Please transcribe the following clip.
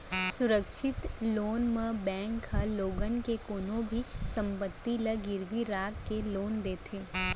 सुरक्छित लोन म बेंक ह लोगन के कोनो भी संपत्ति ल गिरवी राख के लोन देथे